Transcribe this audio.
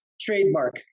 trademark